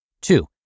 Two